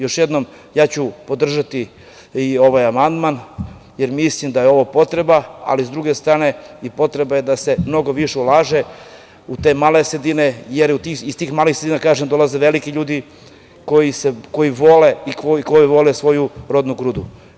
Još jednom, ja ću podržati ovaj amandman, jer mislim da je ovo potreba, ali sa druge strane potrebno je i da se mnogo više ulaže u te male sredine, jer iz tih mali sredina dolaze veliki ljudi koji vole i koji vole svoju rodnu grudu.